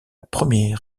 première